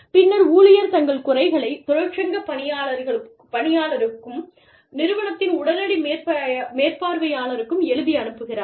பின்னர் ஊழியர் தங்கள் குறைகளை தொழிற்சங்க பணிப்பாளருக்கும் நிறுவனத்தின் உடனடி மேற்பார்வையாளருக்கும் எழுதி அனுப்புகிறார்